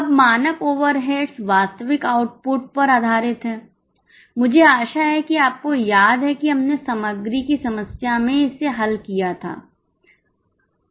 अब मानक ओवरहेड्स वास्तविक आउटपुट पर आधारित हैं मुझे आशा है कि आपको याद है कि हमने सामग्री की समस्या मेंइसे हल किया था किया था